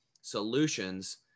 solutions